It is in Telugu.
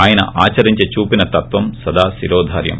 ఆయన ఆచరించి చూపిన తత్వం సదా శిరోధార్యం